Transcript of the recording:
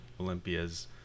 Olympia's